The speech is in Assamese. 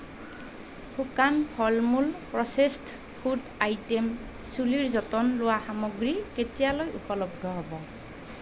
শুকান ফল মূল প্ৰচেছড ফুড আইটেম চুলিৰ যতন লোৱা সামগ্ৰী কেতিয়ালৈ উপলব্ধ হ'ব